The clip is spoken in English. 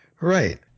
Right